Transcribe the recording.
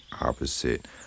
opposite